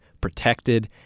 protected